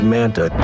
Manta